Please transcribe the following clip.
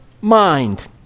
Mind